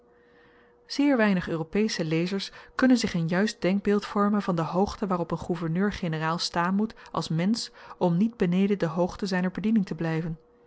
zeer weinig europesche lezers kunnen zich een juist denkbeeld vormen van de hoogte waarop een gouverneur-generaal staan moet als mensch om niet beneden de hoogte zyner bediening te blyven